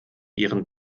ihren